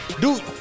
dude